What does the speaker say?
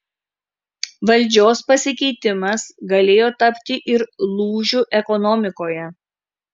valdžios pasikeitimas galėjo tapti ir lūžiu ekonomikoje